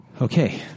Okay